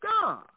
God